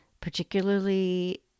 particularly